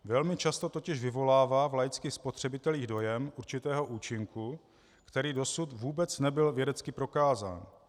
Velmi často totiž vyvolává v laických spotřebitelích dojem určitého účinku, který dosud vůbec nebyl vědecky prokázán.